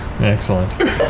Excellent